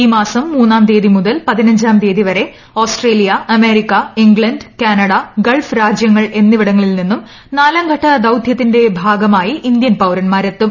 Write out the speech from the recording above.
ഈ മാസം മൂന്നാം തീയതി മുതൽ പതിനഞ്ചാം തീയതി വരെ Australia America England Canada Gulf രാജൃങ്ങൾ എന്നിവിടങ്ങളിൽ നിന്നും നാലാം ഘട്ട ദൌതൃത്തിന്റെ ഭാഗമായി ഇന്ത്യൻ പൌരന്മാരെത്തും